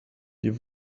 you